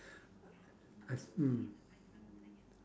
I see